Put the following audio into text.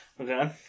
Okay